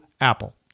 Apple